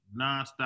nonstop